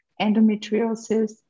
endometriosis